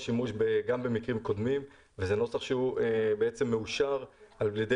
שימוש גם במקרים קודמים וזה נוסח שהוא בעצם מאושר על ידי